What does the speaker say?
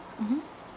mmhmm